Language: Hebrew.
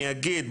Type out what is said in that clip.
אני אגיד,